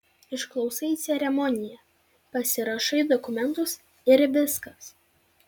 išklausai ceremoniją pasirašai dokumentus ir viskas